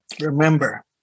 Remember